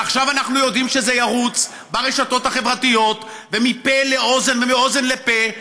ועכשיו אנחנו יודעים שזה ירוץ ברשתות החברתיות ומפה לאוזן ומאוזן לפה,